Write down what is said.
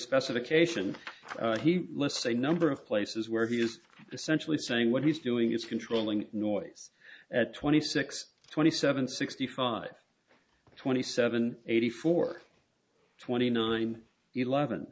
specification he lists a number of places where he is essentially saying what he's doing is controlling noise at twenty six twenty seven sixty five twenty seven eighty four twenty nine eleven